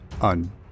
on